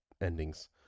endings